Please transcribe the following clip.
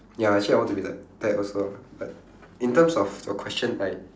ya actually I want to like that also ah but in terms of your question I